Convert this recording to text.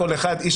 כל אחד איש